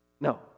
No